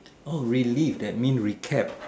oh relive that mean recap